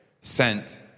sent